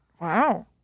Wow